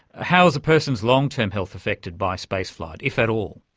how is a person's long-term health affected by spaceflight, if at all?